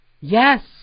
Yes